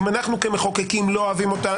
אם אנחנו כמחוקקים לא אוהבים אותה,